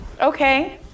Okay